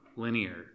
linear